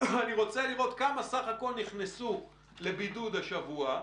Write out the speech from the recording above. אני רוצה לראות כמה בסך הכול נכנסו לבידוד השבוע,